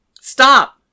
Stop